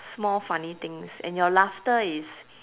small funny things and your laughter is